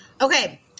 okay